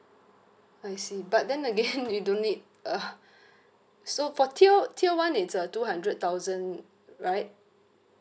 I see but then again we don't need uh so for tier tier one it's uh two hundred thousand right